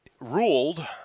ruled